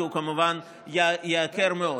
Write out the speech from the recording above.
כי הוא כמובן ייקר מאוד.